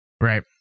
Right